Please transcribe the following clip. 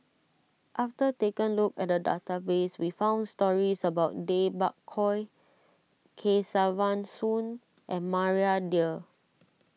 after taking a look at the database we found stories about Tay Bak Koi Kesavan Soon and Maria Dyer